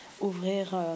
ouvrir